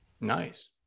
nice